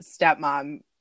stepmom